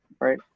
Right